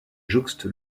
jouxte